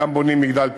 גם בונים מגדל פיקוח,